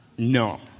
No